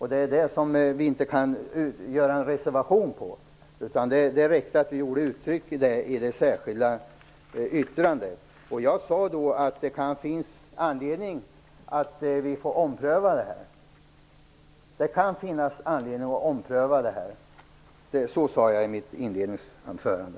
I den frågan kunde vi inte reservera oss, utan det räckte att vi uttryckte det i det särskilda yttrandet. Jag sade att det kan finnas anledning att ompröva detta. Så sade jag i mitt inledningsanförande.